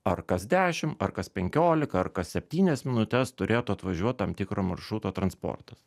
ar kas dešim ar kas penkiolika ar kas septynias minutes turėtų atvažiuot tam tikro maršruto transportas